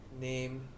name